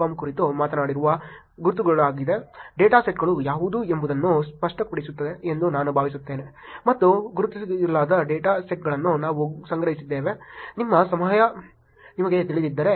com ಕುರಿತು ಮಾತನಾಡಿರುವ ಗುರುತಿಸಲಾಗದ ಡೇಟಾಸೆಟ್ಗಳು ಯಾವುದು ಎಂಬುದನ್ನು ಸ್ಪಷ್ಟಪಡಿಸುತ್ತದೆ ಎಂದು ನಾನು ಭಾವಿಸುತ್ತೇನೆ ಮತ್ತು ಗುರುತಿಸಲಾದ ಡೇಟಾ ಸೆಟ್ಗಳನ್ನು ನಾವು ಸಂಗ್ರಹಿಸಿದ್ದೇವೆ ನಿಮ್ಮ ಸಮಯ ನಿಮಗೆ ತಿಳಿದಿದ್ದರೆ ಅದು ಇಲ್ಲಿದೆ ಎಂಬುದನ್ನು ಕಂಡುಹಿಡಿಯಬಹುದು